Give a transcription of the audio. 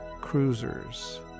cruisers